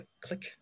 click